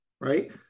right